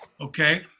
Okay